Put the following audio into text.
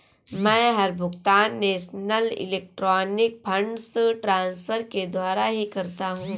मै हर भुगतान national electronic funds transfer के द्वारा ही करता हूँ